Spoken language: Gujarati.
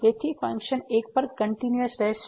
તેથી ફંક્શન 1 પર કંટીન્યુયસ રહેશે